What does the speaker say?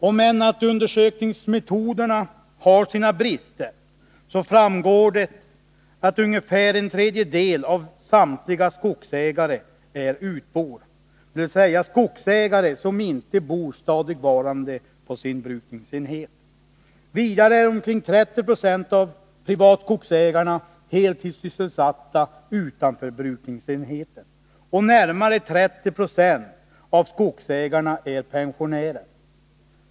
Om undersökningsmetoderna än har sina brister framgår det dock att ungefär en tredjedel av samtliga skogsägare är utbor, dvs. skogsägare som inte bor stadigvarande på sin brukningsenhet. Vidare är omkring 30 96 av privatskogsägarna heltidssysselsatta utanför brukningsenheten, och närmare 30 26 av skogsägarna är pensionärer.